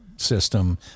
system